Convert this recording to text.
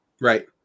right